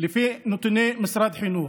לפי נתוני משרד החינוך,